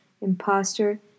imposter